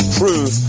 prove